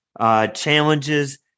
challenges